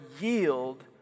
yield